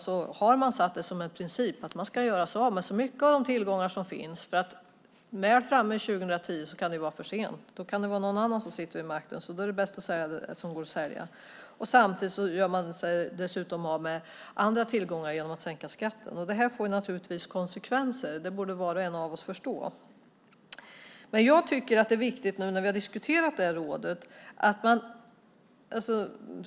Regeringen har som princip att man ska göra sig av med så mycket som möjligt av de tillgångar som finns, för väl framme vid 2010 kan det vara för sent. Då kan det vara någon annan som sitter vid makten, så därför är det bäst att sälja det som går att sälja. Samtidigt gör man sig dessutom av med andra tillgångar genom att sänka skatten. Det får naturligtvis konsekvenser, och det borde var och en av oss förstå.